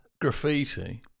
graffiti